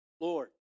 Lord